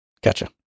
Gotcha